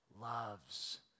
loves